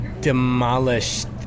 demolished